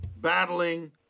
battling